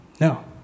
No